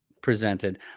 presented